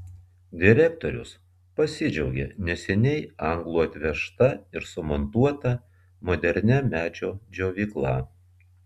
direktorius pasidžiaugė neseniai anglų atvežta ir sumontuota modernia medžio džiovykla